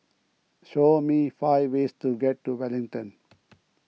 show me five ways to get to Wellington